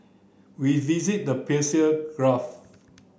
we visit the Persian Gulf